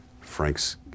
Frank's